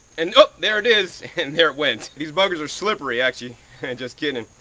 and there it is and there it went! this buggers are slippery actually just kidding.